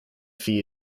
fee